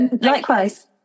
likewise